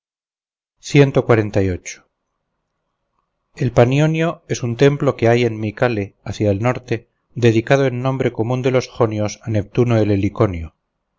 celebran el panionio es un templo que hay en micale hacia el norte dedicado en nombre común de los jonios a neptuno el heliconio